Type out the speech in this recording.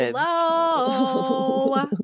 Hello